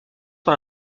par